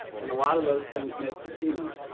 and a lot of those things may continue.